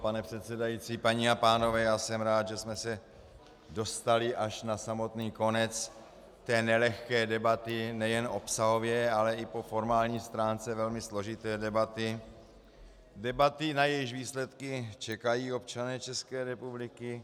Pane předsedající, paní a pánové, jsem rád, že jsme se dostali až na samotný konec té nelehké debaty, nejen obsahově, ale i po formální stránce složité debaty, debaty, na jejíž výsledky čekají občané České republiky.